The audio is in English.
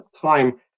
time